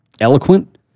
eloquent